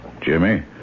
Jimmy